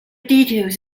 details